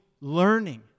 learning